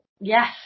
Yes